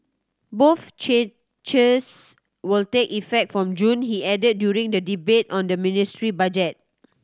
both changes will take effect from June he added during the debate on the ministry budget